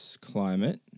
climate